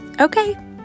Okay